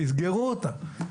תסגרו אותה.